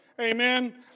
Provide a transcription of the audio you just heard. Amen